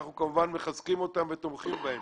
אנחנו כמובן מחזקים אותם, תומכים בהם